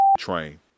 Train